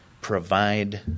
provide